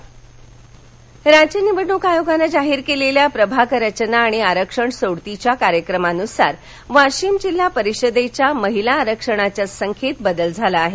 सोडत वाशिम राज्य निवडणूक आयोगानं जाहीर केलेल्या प्रभाग रचना आणि आरक्षण सोडतीच्या कार्यक्रमानुसार वाशिम जिल्हा परिषदेच्या महिला आरक्षणाच्या संख्येत बदल झाला आहे